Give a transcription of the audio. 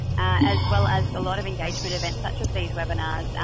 as well as a lot of engagement events such as these webinars.